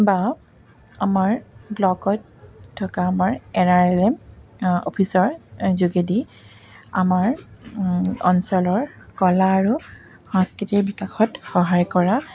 বা আমাৰ ব্লকত থকা আমাৰ এন আৰ এল এম অফিচৰ যোগেদি আমাৰ অঞ্চলৰ কলা আৰু সংস্কৃতিৰ বিকাশত সহায় কৰা